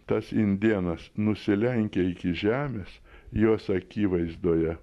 tas indėnas nusilenkė iki žemės jos akivaizdoje